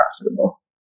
profitable